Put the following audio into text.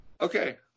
Okay